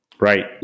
Right